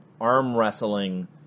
arm-wrestling